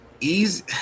easy